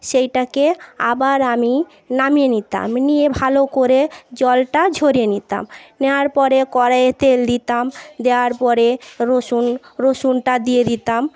সেইটাকে আবার আমি নামিয়ে নিতাম নিয়ে ভালো করে জলটা ঝরিয়ে নিতাম নেওয়ার পরে কড়াইতে তেল দিতাম দেওয়ার পরে রসুন রসুনটা দিয়ে দিতাম